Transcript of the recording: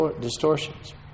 distortions